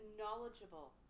knowledgeable